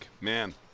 man